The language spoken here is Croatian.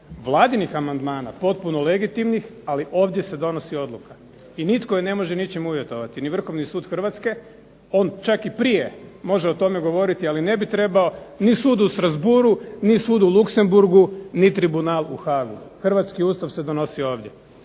Vladinih amandmana potpuno legitimnih, ali ovdje se donosi odluka i nitko je ne može ničim uvjetovati, ni Vrhovni sud Hrvatske. On čak i prije može o tome govoriti, ali ne bi trebao. Ni sud u Strassbourgu ni sud u Luxemburgu ni tribunal u Haagu. Hrvatski Ustav se donosi ovdje.